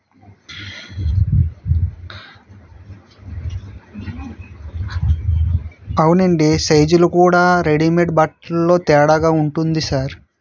అవునండి సైజులు కూడా రెడీమేడ్ బట్టల్లో తేడాగా ఉంటుంది సార్